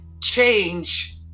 change